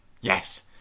yes